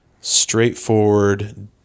straightforward